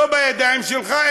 לא בידיים שלך,